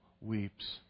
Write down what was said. weeps